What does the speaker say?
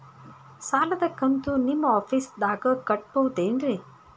ಸಾಲದ ಕಂತು ನಿಮ್ಮ ಆಫೇಸ್ದಾಗ ಕಟ್ಟಬಹುದೇನ್ರಿ?